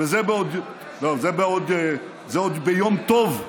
וזה עוד ביום טוב,